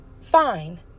Fine